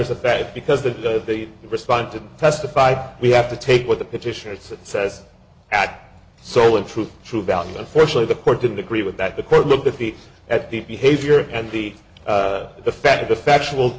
's a fact because they respond to testified we have to take what the petition it's says at solon true true value unfortunately the court didn't agree with that the court looked at the at the behavior and the the fact the factual